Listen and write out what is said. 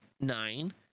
nine